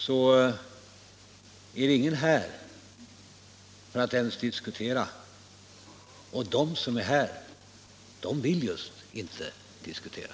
Men de flesta av dem som vi måste diskutera med är inte här, och de som är här vill just inte diskutera.